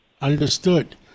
Understood